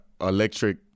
electric